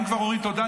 אם כבר אומרים תודה,